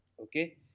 Okay